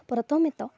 ପ୍ରଥମେ ତ